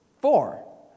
four